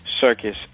circus